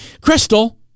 Crystal